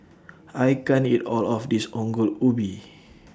I can't eat All of This Ongol Ubi